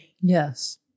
Yes